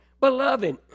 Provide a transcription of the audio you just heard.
Beloved